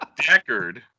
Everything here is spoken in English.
Deckard